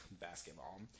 basketball